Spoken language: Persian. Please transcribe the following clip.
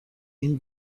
این